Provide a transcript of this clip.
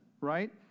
right